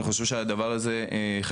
אני חושב שהדבר הזה חשוב,